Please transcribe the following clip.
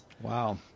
Wow